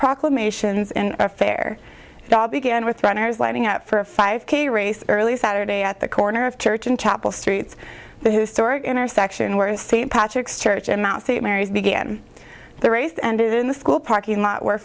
proclamations and affair began with runners lining up for a five k race early saturday at the corner of church and chapel streets the historic intersection where in st patrick's church in mount st mary's began the race ended in the school parking lot where